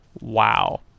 Wow